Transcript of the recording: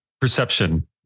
perception